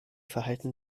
verhalten